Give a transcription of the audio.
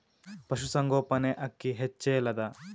ಪಶುಸಂಗೋಪನೆ ಅಕ್ಕಿ ಹೆಚ್ಚೆಲದಾ?